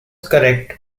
correct